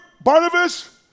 Barnabas